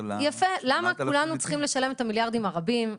למה כולנו צריכים לשלם מיליארדים רבים?